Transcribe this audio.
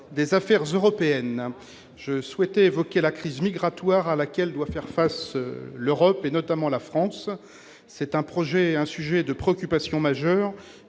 des affaires européennes. Je souhaite évoquer la crise migratoire à laquelle doit faire face l'Europe, et notamment la France. C'est un sujet de préoccupation majeur